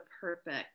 perfect